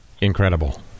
Incredible